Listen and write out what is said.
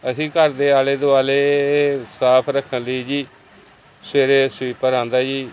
ਅਸੀਂ ਘਰ ਦੇ ਆਲੇ ਦੁਆਲੇ ਸਾਫ ਰੱਖਣ ਲਈ ਜੀ ਸਵੇਰੇ ਸਵੀਪਰ ਆਉਂਦਾ ਜੀ